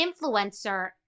influencer